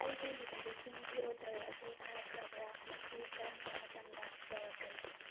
ꯑꯩꯒꯤ ꯃꯤꯊꯥꯏꯁꯤꯡꯒꯤ ꯑꯣꯔꯗꯔ ꯑꯗꯨ ꯊꯥꯔꯛꯈ꯭ꯔꯕ꯭ꯔꯥ ꯃꯁꯤ ꯀꯥꯔꯝꯕ ꯃꯇꯝꯗ ꯌꯧꯔꯛꯀꯅꯤ